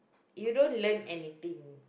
you don't lame anything